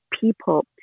people